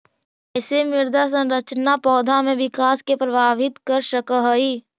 कईसे मृदा संरचना पौधा में विकास के प्रभावित कर सक हई?